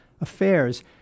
affairs